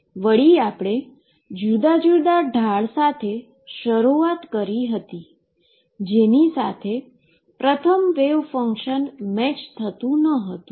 વળી આપણે જુદા જુદા ઢાળ સાથે શરૂઆત કરી હતી જેની સાથે પ્રથમ વેવ ફંક્શન મેચ થતુ ના હતુ